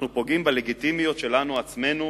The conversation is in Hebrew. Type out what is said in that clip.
אנחנו פוגעים בלגיטימיות שלנו עצמנו